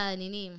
nini